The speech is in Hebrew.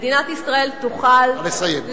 מדינת ישראל תוכל, נא לסיים.